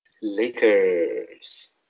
Lakers